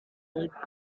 debt